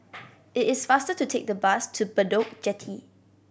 it is faster to take the bus to Bedok Jetty